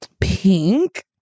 pink